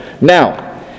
Now